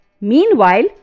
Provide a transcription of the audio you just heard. Meanwhile